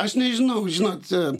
aš nežinau žinot